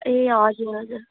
ए हजुर हजुर